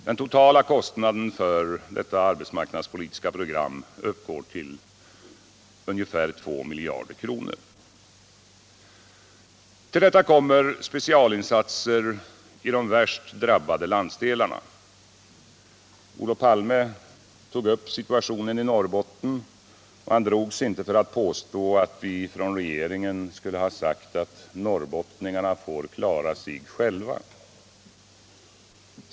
Den totala kostnaden för detta arbetsmarknadspolitiska program uppgår till ungefär 2 miljarder kronor. Till detta kommer specialinsatser till de värst drabbade landsdelarna. Olof Palme tog upp situationen i Norrbotten, och han drog sig inte för att påstå att vi i regeringen sagt att norrbottningarna får klara sig själva.